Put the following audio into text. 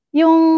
yung